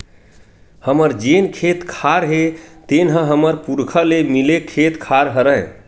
हमर जेन खेत खार हे तेन ह हमर पुरखा ले मिले खेत खार हरय